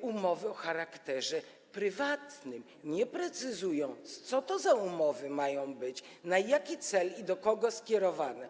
umowy o charakterze prywatnym, nie precyzując, co to za umowy mają być, na jaki cel i do kogo skierowane.